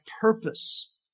purpose